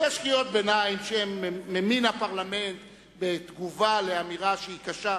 יש קריאות ביניים שהן ממין הפרלמנט בתגובה לאמירה שהיא קשה,